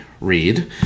Read